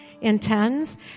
intends